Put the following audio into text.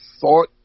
thought